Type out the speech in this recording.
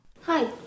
Hi